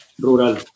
rural